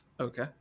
Okay